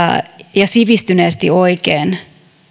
ja sivistyneesti oikein